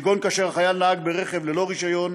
כגון כאשר החייל נהג ברכב ללא רישיון